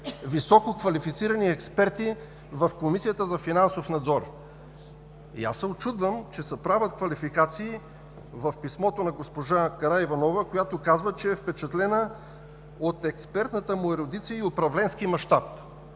висококвалифицирани експерти в Комисията за финансов надзор. Учудвам се, че се правят квалификации в писмото на госпожа Караиванова, която казва, че е впечатлена от експертната му ерудиция и управленски мащаб.